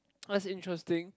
that's interesting